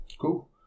Cool